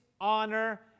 honor